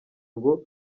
ngo